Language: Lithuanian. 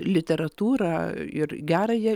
literatūrą ir gerąją